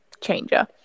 changer